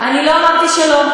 אני לא אמרתי שלא.